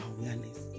awareness